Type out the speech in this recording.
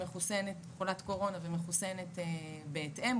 חולת קורונה ומחוסנת בהתאם,